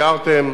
הערתם,